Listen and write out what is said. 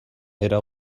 era